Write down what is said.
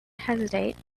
hesitate